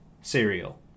cereal